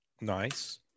Nice